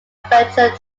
adventure